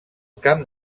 camp